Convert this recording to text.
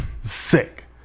Sick